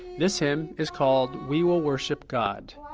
this hymn is called, we will worship god,